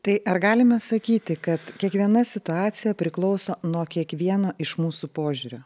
tai ar galime sakyti kad kiekviena situacija priklauso nuo kiekvieno iš mūsų požiūrio